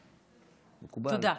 מקובל,